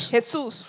Jesus